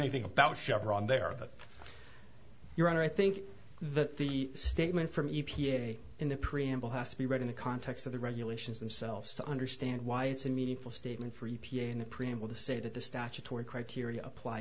anything about chevron there that your honor i think that the statement from e p a in the preamble has to be read in the context of the regulations themselves to understand why it's a meaningful statement for u p a in the preamble to say that the statutory criteria apply